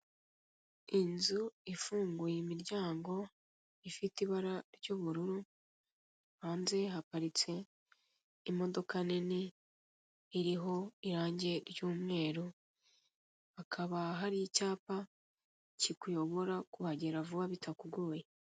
Inzu ifunguye imiryango, ifite ibara ry'ubururu, hanze haparitse imodoka nini iriho irange ry'umweru, hakaba hari icyapa kikuyobora kuhagera vuba bitakugoye.